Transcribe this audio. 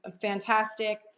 fantastic